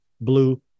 blue